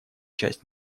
часть